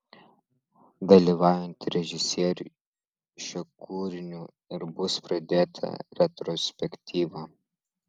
dalyvaujant režisieriui šiuo kūriniu ir bus pradėta retrospektyva